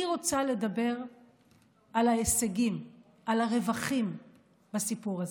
אני רוצה לדבר על ההישגים, על הרווחים בסיפור הזה.